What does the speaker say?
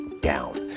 down